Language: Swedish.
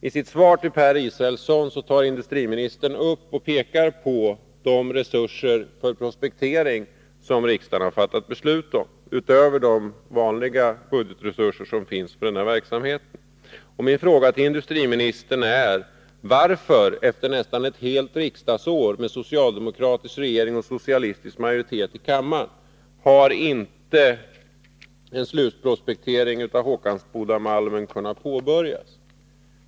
I sitt svar till Per Israelsson pekar industriministern på de resurser för prospektering som riksdagen har fattat beslut om, utöver de vanliga budgetresurser som finns för den här verksamheten. Min fråga till industriministern är: Varför har inte en slutprospektering av Håkansbodamalmen kunnat påbörjas, efter nästan ett helt riksdagsår med socialdemokratisk regering och socialistisk majoritet i kammaren?